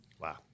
Wow